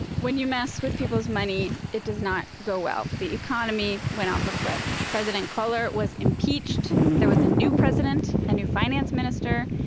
when you mess with people's money, it does not go well. the economy went off a cliff. president collor was impeached. there was a new president, a new finance minister,